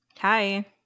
Hi